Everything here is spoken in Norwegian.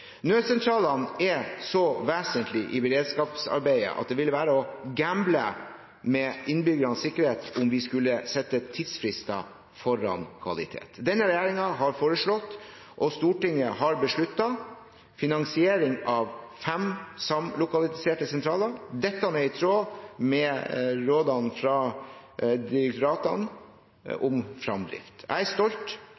Nødsentralene er så vesentlige i beredskapsarbeidet at det vil være å «gamble» med innbyggernes sikkerhet om vi skulle sette tidsfrister foran kvalitet. Denne regjeringen har foreslått og Stortinget har besluttet finansiering av fem samlokaliserte sentraler. Dette er i tråd med rådene fra direktoratene